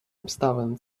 обставин